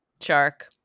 Shark